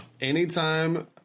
Anytime